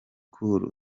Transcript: cool